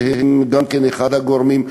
שהם גם כן אחד הגורמים,